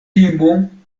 timu